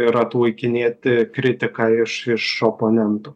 ir atlaikinėti kritiką iš iš oponentų